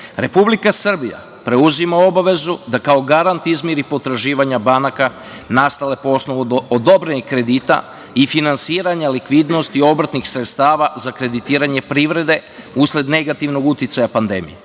Republika Srbija preuzima obavezu da kao garant izmiri potraživanje banaka nastale po osnovu odobrenih kredita i finansiranje likvidnosti obrtnih sredstava za kreditiranje privrede usled negativnog uticaja pandemije.